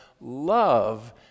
love